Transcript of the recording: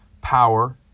power